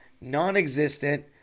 non-existent